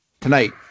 Tonight